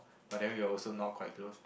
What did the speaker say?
but then we also not quite close